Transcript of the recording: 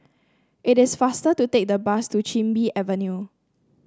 it is faster to take the bus to Chin Bee Avenue